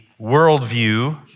worldview